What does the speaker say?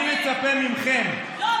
אני מצפה מכם, לא.